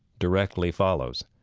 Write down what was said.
directly follows.